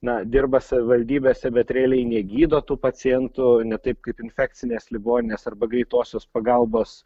na dirba savivaldybėse bet realiai negydo tų pacientų ne taip kaip infekcinės ligoninės arba greitosios pagalbos